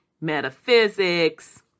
metaphysics